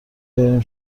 بریم